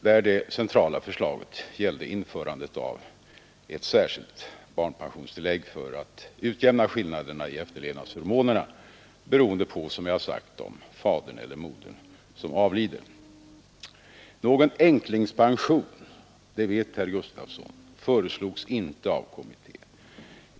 där det centrala förslaget gällde införandet av ett särskilt barnpensionstillägg för att utjämna skillnader i efterlevnadsförmånerna beroende på, som jag sagt, om det är fadern eller modern som avlider. Någon änklingspension — det vet herr Gustavsson — föreslogs inte av kommittén.